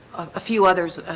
a few others